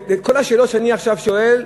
לכל השאלות שאני עכשיו שואל,